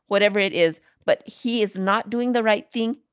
whatever it is but he is not doing the right thing.